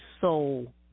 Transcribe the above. soul